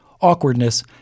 awkwardness